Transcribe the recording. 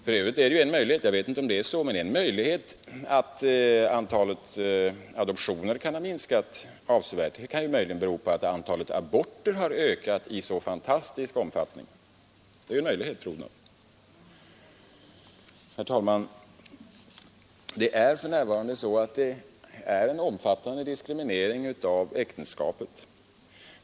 För övrigt kan ju det minskade antalet adoptioner bero på att antalet aborter har ökat så tantastiskt. Det är en möjlighet, fru Odhnoff. Herr talman! Det sker en omfattande diskriminering av äktenskapet.